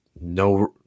no